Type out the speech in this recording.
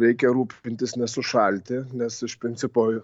reikia rūpintis nesušalti nes iš principo